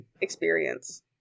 experience